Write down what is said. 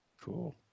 Cool